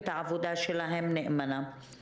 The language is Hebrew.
ואין עדיין כתובת ברורה מי מטפל בזה משרד הרווחה,